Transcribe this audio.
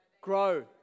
Grow